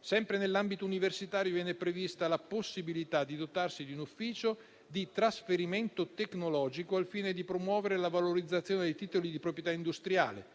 Sempre nell'ambito universitario, viene prevista la possibilità di dotarsi di un ufficio di trasferimento tecnologico, al fine di promuovere la valorizzazione dei titoli di proprietà industriale,